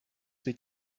sich